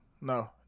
No